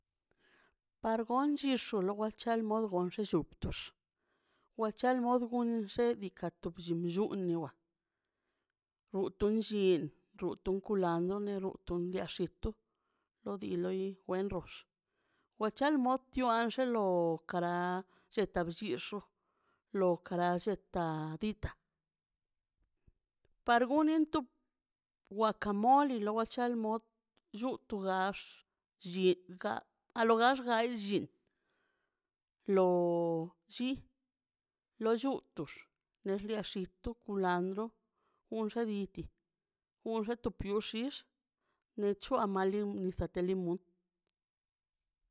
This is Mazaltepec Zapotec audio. Par gon chi xoloa cha moalde xu tu wachal molde xedika a tu bllin lloniowa rutun llin rutun kulandr neroton neax xitu lo di loi wen rox lo chol moat yua anxelo kara lleta bxix xu lo kara lleta dita par goninto waka mole na wal cha molt llutu gax llet ga a lo gax ga llet lo lli lo llutux nex lia llutux kulandro onxa diti onxa tu pioxix ni choa malin xixa teli mu